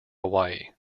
hawaii